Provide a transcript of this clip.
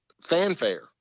fanfare